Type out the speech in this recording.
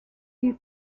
you